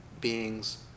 beings